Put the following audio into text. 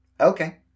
Okay